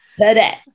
Today